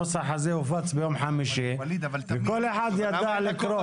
הנוסח הזה הופץ ביום חמישי וכל אחד יודע לקרוא.